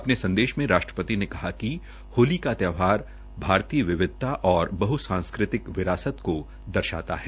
अपने संदेश में राष्ट्रपति ने कहा कि होली का त्यौहार भारतीय विविधता और बह् सांस्कृतिक विरासत को दर्शाता है